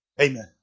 Amen